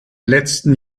letzten